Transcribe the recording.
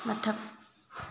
ꯃꯊꯛ